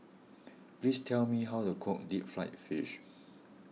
please tell me how to cook Deep Fried Fish